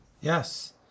Yes